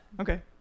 Okay